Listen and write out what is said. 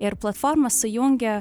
ir platforma sujungia